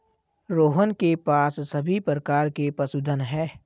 रोहन के पास सभी प्रकार के पशुधन है